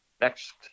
next